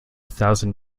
thousand